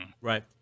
Right